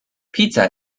pizza